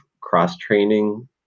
cross-training